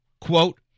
Quote